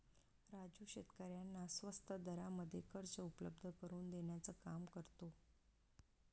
राजू शेतकऱ्यांना स्वस्त दरामध्ये कर्ज उपलब्ध करून देण्याचं काम करतो